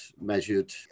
measured